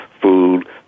food